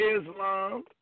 Islam